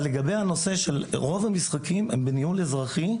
אבל לגבי הנושא של רוב המשחקים, הם בניהול אזרחי,